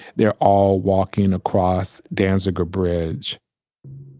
they're all walking across danziger bridge